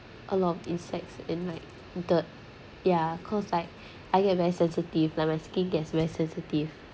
a lot of insects and like the ya cause like I get very sensitive like my skin gets very sensitive